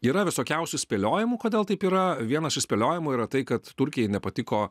yra visokiausių spėliojimų kodėl taip yra vienas iš spėliojimų yra tai kad turkijai nepatiko